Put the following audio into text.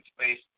space